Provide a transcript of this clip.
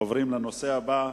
אנחנו עוברים לנושא הבא.